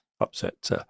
upset